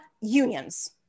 unions